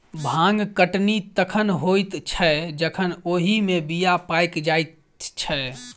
भांग कटनी तखन होइत छै जखन ओहि मे बीया पाइक जाइत छै